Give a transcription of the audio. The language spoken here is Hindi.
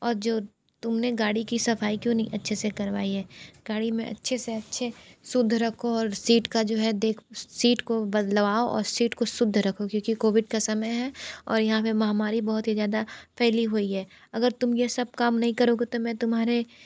और जो तुम ने गाड़ी की सफ़ाई क्यो नहीं अच्छे से करवाई है गाड़ी में अच्छे से अच्छे शुद्ध रखो और सीट का जो है देख सीट को बदलवाओ और सीट को शुद्ध रखो क्योंकि कोविड का समय है और यहाँ पर महामारी बहुत ही ज़्यादा फैली हुई है अगर तुम ये सब काम नहीं करोगे तो मैं तुम्हारे